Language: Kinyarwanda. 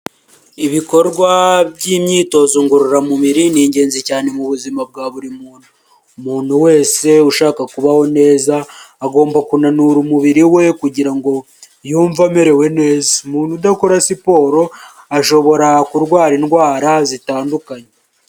Ibikorwa by'imyitozo ngororamubiri ni ingenzi cyane mu buzima bwa buri muntu, muntu wese ushaka kubaho neza agomba kunanura umubiri we kugira ngo yumve amerewe neza, umuntu udakora siporo ashobora kurwara indwara zitandukanye.